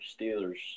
Steelers